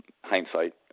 hindsight